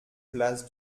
place